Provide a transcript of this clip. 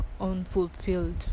unfulfilled